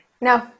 No